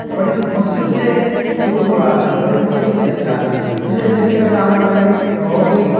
बड़ी मुश्किल से दूर हुआ बड़ी मुश्किल से निपटा इस स्थिति का सामना मैंने बहुत ही